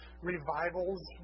revivals